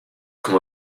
come